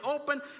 open